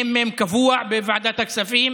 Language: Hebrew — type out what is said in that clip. מ"מ קבוע בוועדת הכספים,